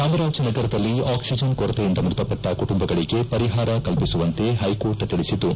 ಚಾಮರಾಜನಗರದಲ್ಲಿ ಆಕ್ಸಿಜನ್ ಕೊರತೆಯಿಂದ ಮೃತಪಟ್ಟ ಕುಟುಂಬಗಳಗೆ ಪರಿಹಾರ ಕಲ್ಪಿಸುವಂತೆ ಹೈಕೋರ್ಟ್ ತಿಳಿಸಿದ್ದು